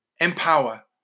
empower